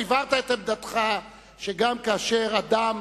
הבהרת את עמדתך שגם כאשר אדם